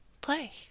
play